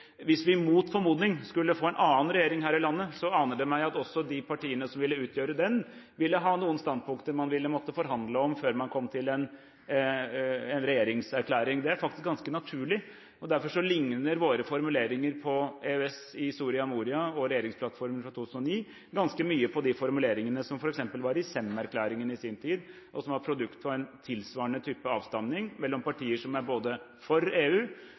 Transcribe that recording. Hvis vi mot formodning skulle få en annen regjering her i landet, aner det meg at også de partiene som ville utgjøre den, ville ha noen standpunkter man ville måtte forhandle om før man kom til en regjeringserklæring. Det er faktisk ganske naturlig, og derfor ligner våre formuleringer på EØS i Soria Moria og regjeringsplattformen fra 2009 ganske mye på de formuleringene som f.eks. var i Sem-erklæringen i sin tid, og som var produkt av en tilsvarende type avstemming mellom partier som er både for EU,